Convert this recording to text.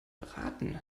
beraten